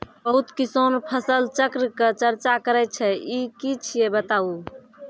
बहुत किसान फसल चक्रक चर्चा करै छै ई की छियै बताऊ?